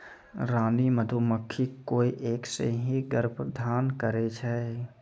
रानी मधुमक्खी कोय एक सें ही गर्भाधान करै छै